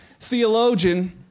theologian